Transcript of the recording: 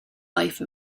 life